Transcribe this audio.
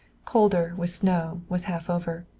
colder, with snow, was half over.